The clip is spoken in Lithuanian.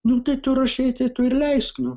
nu tai tu rašei tai tu ir leisk nu